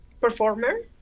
performer